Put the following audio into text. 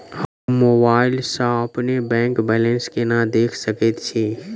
हम मोबाइल सा अपने बैंक बैलेंस केना देख सकैत छी?